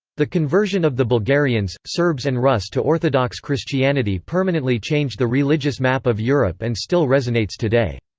the conversion of the bulgarians, serbs and rus' to orthodox christianity permanently changed the religious map of europe and still resonates today.